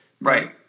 right